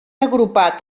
agrupat